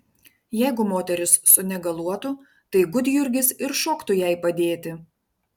jeigu moteris sunegaluotų tai gudjurgis ir šoktų jai padėti